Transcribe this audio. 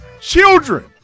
children